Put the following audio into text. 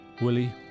Willie